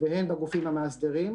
והן בגופים המאסדרים.